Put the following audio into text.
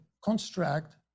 construct